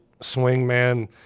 swingman